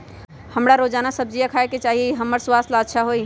हमरा रोजाना सब्जिया खाय के चाहिए ई हमर स्वास्थ्य ला अच्छा हई